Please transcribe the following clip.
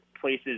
places